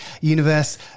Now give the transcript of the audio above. Universe